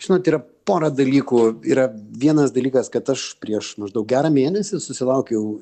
žinot yra pora dalykų yra vienas dalykas kad aš prieš maždaug gerą mėnesį susilaukiau